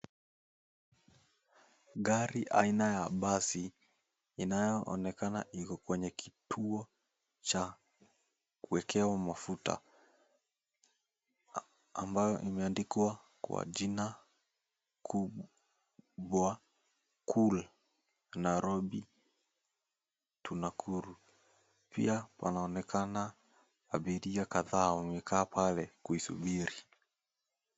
Gari aina ya basi inayoonekana iko kwenye kituo cha kuwekewa mafuta ambayo imeandikwa kwa jina kubwa "Cool Nairobi to Nakuru". Pia wanaonekana abiria kadhaa wamekaa pale kuisubiri.